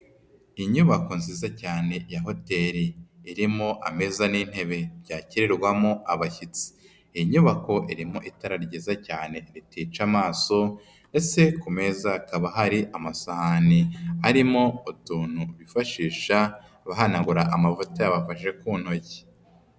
Inyubako nziza cyane ya hoteli irimo ameza n'intebe byakirirwamo abashyitsi, iyi nyubako irimo itara ryiza cyane ritica amaso, ndetse ku meza hakaba hari amasahani arimo atuntu bifashisha bahanagura amavuta yabafashe ku ntoki.